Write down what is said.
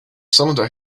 cylinder